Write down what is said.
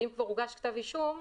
אם כבר הוגש כתב אישום,